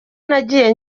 nagiye